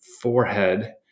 forehead